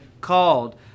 called